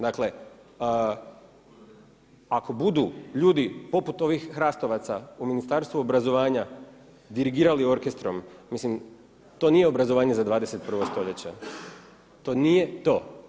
Dakle, ako budu ljudi poput ovih HRAST-ovaca u Ministarstvu obrazovanja dirigirali orkestrom, mislim, to nije obrazovanje za 21. stoljeće, to nije to.